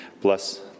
bless